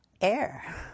air